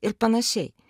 ir panašiai